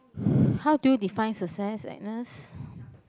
how do you define success Agnes